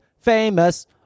Famous